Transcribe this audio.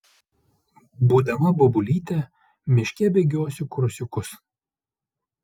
būdama bobulyte miške bėgiosiu krosiukus